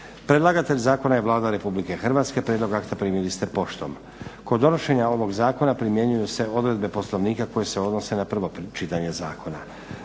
Predlagatelj zakona je Vlada Republike Hrvatske. Prijedlog akta primili ste poštom. Kod donošenja ovog zakona primjenjuju se odredbe Poslovnika koje se odnose na prvo čitanje zakona.